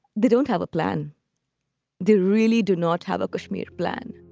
they don't have a plan they really do not have a kashmir plan